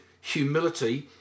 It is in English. humility